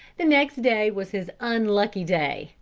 the next day was his unlucky day,